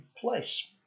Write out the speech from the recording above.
place